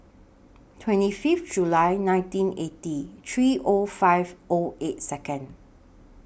twenty Fifth July nineteen eighty three O five O eight Second